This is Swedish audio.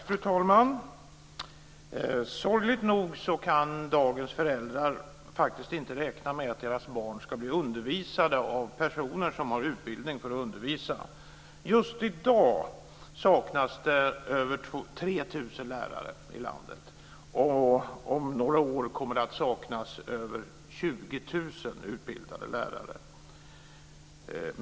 Fru talman! Sorgligt nog kan dagens föräldrar inte räkna med att deras barn ska bli undervisade av personer som har utbildning för att undervisa. Just i dag saknas det över 3 000 lärare i landet, och om några år kommer det att saknas över 20 000 utbildade lärare.